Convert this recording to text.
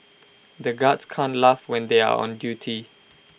the guards can't laugh when they are on duty